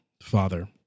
Father